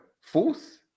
Fourth